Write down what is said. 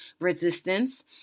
resistance